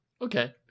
Okay